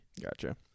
Gotcha